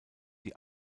die